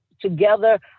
together